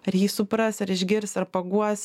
ar jį supras ar išgirs ar paguos